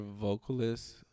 vocalist